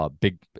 big